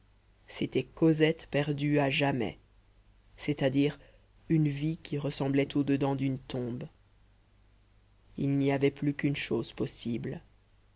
c'était cosette perdue à jamais c'est-à-dire une vie qui ressemblait au dedans d'une tombe il n'y avait plus qu'une chose possible